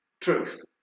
truth